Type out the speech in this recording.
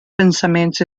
pensaments